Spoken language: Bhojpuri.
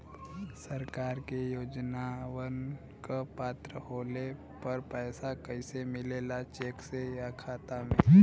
सरकार के योजनावन क पात्र होले पर पैसा कइसे मिले ला चेक से या खाता मे?